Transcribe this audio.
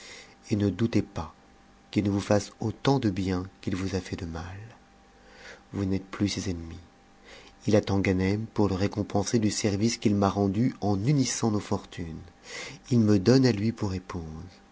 et ne doutez pas qu'il ne vous fasse autant de bien u'it vous a fait de mal vous n'êtes plus ses ennemis il attend ganem pour te récompenser du service qu'il m'a rendu en unissant nos fortunes t me donne à lui pour épouse